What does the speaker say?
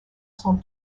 son